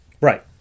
Right